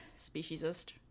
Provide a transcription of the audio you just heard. speciesist